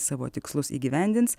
savo tikslus įgyvendins